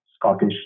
Scottish